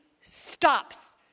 stops